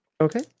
Okay